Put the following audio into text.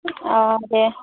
অঁ দে